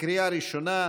בקריאה ראשונה.